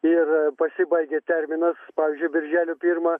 ir pasibaigė terminas pavyzdžiui birželio pirmą